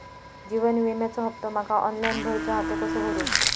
जीवन विम्याचो हफ्तो माका ऑनलाइन भरूचो हा तो कसो भरू?